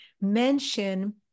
mention